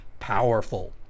powerful